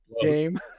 game